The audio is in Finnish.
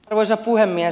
arvoisa puhemies